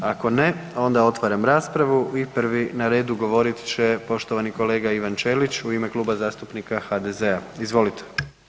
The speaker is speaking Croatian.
Ako ne, onda otvaram raspravu i prvi na redu govorit će poštovani kolega Ivan Ćelić u ime Kluba zastupnika HDZ-a, izvolite.